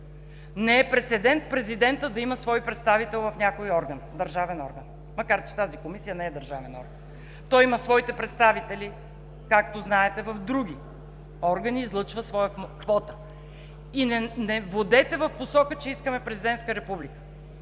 Не е прецедент президентът да има свой представител в някой държавен орган, макар че тази комисия не е държавен орган. Той има своите представители, както знаете, в други органи и излъчва своя квота, и не водете в посока, че искаме президентска република.